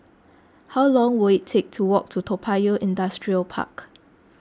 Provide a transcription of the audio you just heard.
how long will it take to walk to Toa Payoh Industrial Park